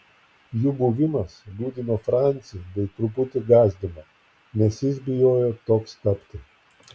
jų buvimas liūdino francį bei truputį gąsdino nes jis bijojo toks tapti